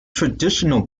traditional